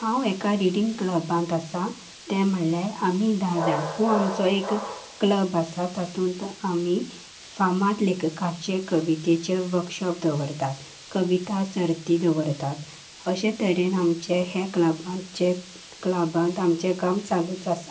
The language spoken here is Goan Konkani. हांव एका रिडींग क्लबांत आसा तें म्हणल्यार आमी धा जाण हो आमचो एक क्लब आसा तातूंत आमी फामाद लेखकाचे कवितेचे वर्कशॉप दवरतात कविता सर्ती दवरतात अशे तरेन आमचे हे क्लबचे क्लबांत आमचें काम चालूच आसा